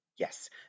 Yes